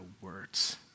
words